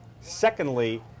Secondly